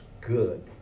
good